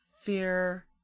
fear